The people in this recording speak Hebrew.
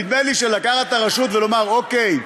נדמה לי שלקחת את הרשות ולומר: אוקיי,